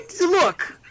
look